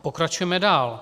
Pokračujeme dál.